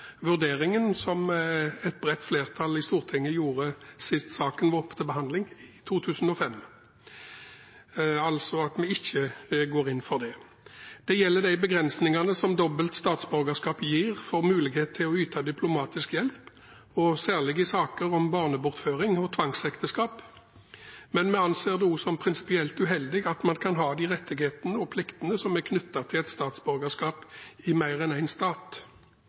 vurderingen som et bredt flertall i Stortinget hadde sist saken var oppe til behandling i 2005, altså at vi ikke går inn for det. Det gjelder de begrensningene som dobbelt statsborgerskap gir for muligheten til å yte diplomatisk hjelp, særlig i saker om barnebortføring og tvangsekteskap. Men vi anser det også som prinsipielt uheldig at man kan ha de rettighetene og pliktene som er knyttet til et statsborgerskap, i mer enn én stat.